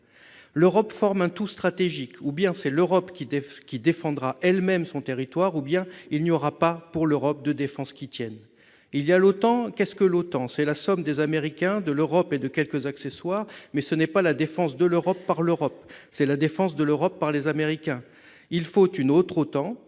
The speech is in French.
Gaulle le 17 juillet 1961. « Ou bien c'est l'Europe qui défendra elle-même son territoire, ou bien il n'y aura pas, pour l'Europe, de défense qui tienne. « Il y a l'OTAN. Qu'est-ce que l'OTAN ? C'est la somme des Américains, de l'Europe et de quelques accessoires. Mais ce n'est pas la défense de l'Europe par l'Europe, c'est la défense de l'Europe par les Américains. Il faut une autre OTAN.